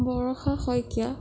Barsha Saikia